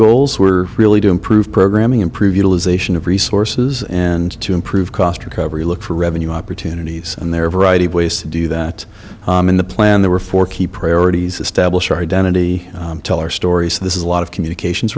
goals were really do improve programming improve utilization of resources and to improve cost recovery look for revenue opportunities and there are a variety of ways to do that in the plan there were four key priorities establish identity tell our story so this is a lot of communications